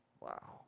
Wow